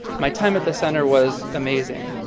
my time at the center was amazing.